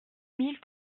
mille